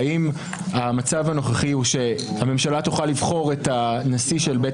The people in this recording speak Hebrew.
האם הממשלה תוכל לבחור את הנשיא של בית